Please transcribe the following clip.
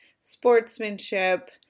sportsmanship